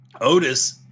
Otis